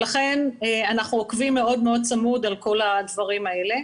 לכן אנחנו עוקבים מאוד מאוד צמוד על כל הדברים האלה,